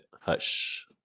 hush